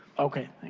okay.